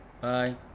Bye